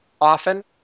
often